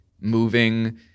moving